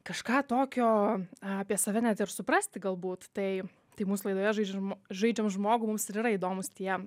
kažką tokio apie save net ir suprasti galbūt tai tai mūsų laidoje žaidžia žaidžiam žmogų mums ir yra įdomūs tie